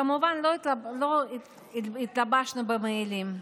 כמובן לא התלבשנו במעילים,